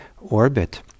orbit